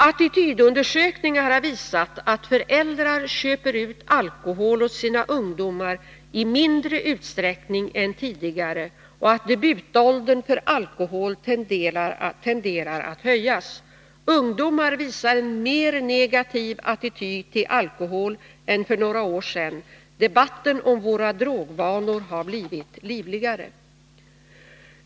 Attitydundersökningar har visat att föräldrar nu köper ut alkohol åt sina ungdomar i mindre utsträckning än tidigare och att debutåldern för alkohol tenderar att bli högre. Ungdomar intar numera en mer negativ attityd till alkohol än för några år sedan. Debatten om våra drogvanor har blivit livligare.